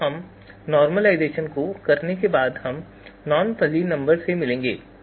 तो इस नॉर्मलाइजेशन को करने के बाद हमें नॉन फजी नंबर मिलेंगे